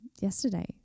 yesterday